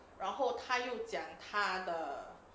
然后他又讲他的